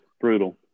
brutal